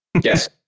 Yes